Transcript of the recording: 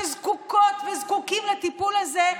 שזקוקות וזקוקים לטיפול הזה,